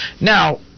Now